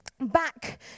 back